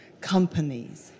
companies